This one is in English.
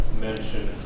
mention